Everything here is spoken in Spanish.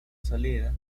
salida